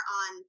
on